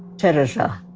tereza,